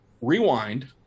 rewind